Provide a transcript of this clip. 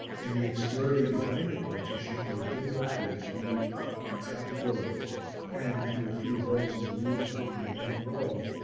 in the obscurity behind the partition were dim ladders leading up to trap-doors and, through a few holes in the roof and in the end wall,